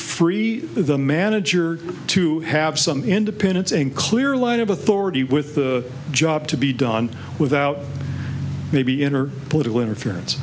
free the manager to have some independence and clear line of authority with the job to be done without maybe inner political interference